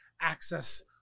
access